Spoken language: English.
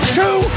two